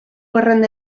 gerran